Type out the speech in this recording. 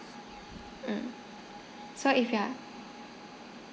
mm so if you're